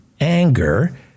anger